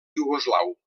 iugoslau